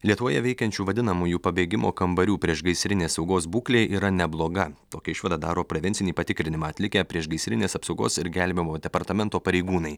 lietuvoje veikiančių vadinamųjų pabėgimo kambarių priešgaisrinės saugos būklė yra nebloga tokią išvadą daro prevencinį patikrinimą atlikę priešgaisrinės apsaugos ir gelbėjimo departamento pareigūnai